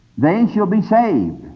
they shall be saved.